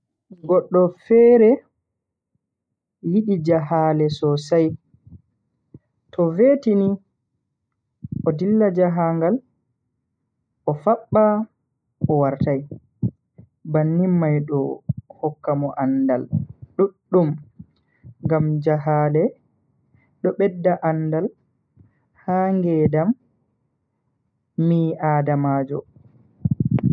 Goddo fere yidi jahale sosai, to vetini o dilla jahangal o fabba o wartai. Bannin mai do hokka mo andaal duddum ngam jahale do bedda andal ha ngedam mi adamajo.